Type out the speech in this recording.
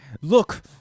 Look